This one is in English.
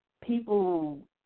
people